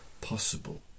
possible